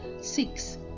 six